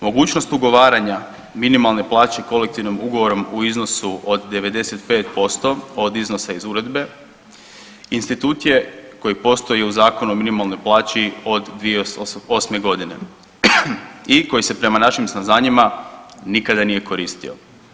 Mogućnost ugovaranja minimalne plaće kolektivnim ugovorom u iznosu od 95% od iznosa iz uredbe institut je koji postoji u Zakonu o minimalnoj plaći od 2008.g. i koji se prema našim saznanjima nikada nije koristio.